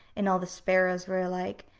and all the sparrows were alike,